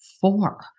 four